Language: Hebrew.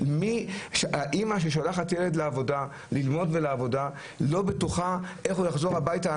אמא שולחת את הילד ללמוד ולעבודה לא בטוחה איך הוא יחזור הביתה.